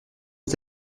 est